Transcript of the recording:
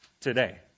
today